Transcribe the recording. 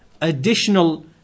additional